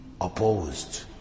opposed